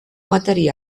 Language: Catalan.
material